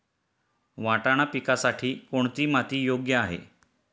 वाटाणा पिकासाठी कोणती माती योग्य आहे?